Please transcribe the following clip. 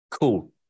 cool